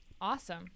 Awesome